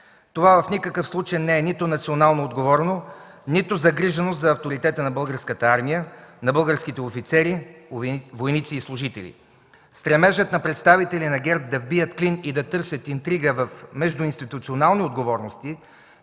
Това в никакъв случай не е нито национално отговорно, нито загриженост за авторитета на Българската армия, на българските офицери, войници и служители. Стремежът на представители на ГЕРБ да вбият клин и да търсят интрига в междуинституционални отговорности